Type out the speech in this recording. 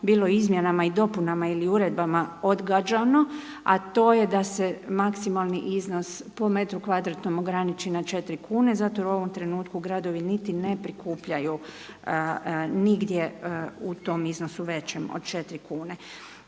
bilo u izmjenama i dopunama ili uredbama odgađano, a to je da se maksimalni iznos po metru kvadratnom ograniči na četiri kune zato jer u ovom trenutku gradovi niti ne prikupljaju nigdje u tom iznosu većem od 4 kune.